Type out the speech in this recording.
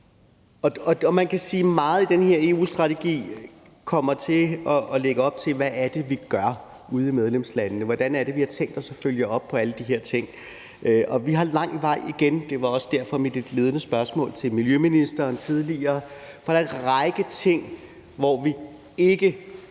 Man kan sige, at meget i den her EU-strategi kommer til at lægge op til en diskussion om, hvad det er, vi gør ude i medlemslandene, og hvordan det er, vi har tænkt os at følge op på alle de her ting. Vi har lang vej igen; det var også derfor, jeg stillede mit ledende spørgsmål til miljøministeren tidligere, for der er en række ting, hvor vi endnu